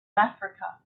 africa